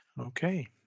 Okay